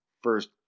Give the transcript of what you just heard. first